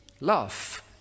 love